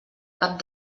cap